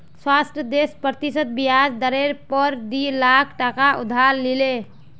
सावित्री दस प्रतिशत ब्याज दरेर पोर डी लाख टका उधार लिले